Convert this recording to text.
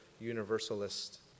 Universalist